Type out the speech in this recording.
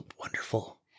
wonderful